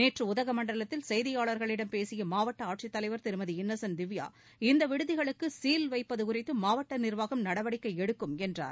நேற்று உதகமண்டலத்தில் செய்தியாளர்களிடம் பேசிய மாவட்ட ஆட்சித்தலைவர் திருமதி இன்னசென்ட் திவ்யா இந்த விடுதிகளுக்கு சீல் வைப்பது குறித்து மாவட்ட நி்வாகம் நடவடிக்கை எடுக்கும் என்றார்